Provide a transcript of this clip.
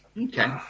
Okay